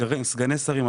סגני שרים,